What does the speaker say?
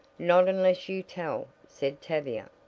not unless you tell, said tavia.